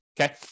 Okay